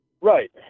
Right